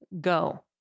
go